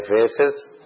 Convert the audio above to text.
faces